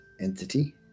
entity